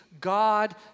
God